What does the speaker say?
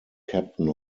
captain